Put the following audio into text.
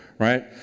Right